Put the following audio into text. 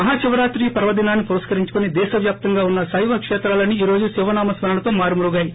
మహాశివరాత్రి పర్వదినాన్ని పురస్కరించుకుని దేశవ్యాప్తంగా ఉన్న శైవశేత్రాలన్నీ ఈ రోజు శివనామస్కరణతో మారుప్రోగాయి